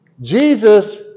Jesus